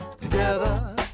Together